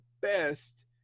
best